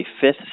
fifth